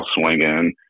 swinging